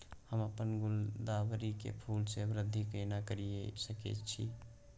हम अपन गुलदाबरी के फूल सो वृद्धि केना करिये सकेत छी?